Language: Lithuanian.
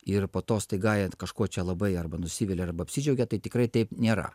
ir po to staiga jie kažko čia labai arba nusivilia arba apsidžiaugia tai tikrai taip nėra